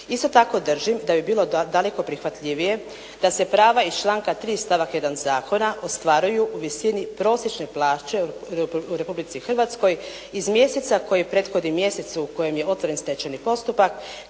Isto tako, držim da bi bilo daleko prihvatljivije da se prava iz članka 3. stavak 1. zakona ostvaruju u visini prosječne plaće u Republici Hrvatskoj iz mjeseca koji prethodi mjesecu u kojem je otvoren stečajni postupak,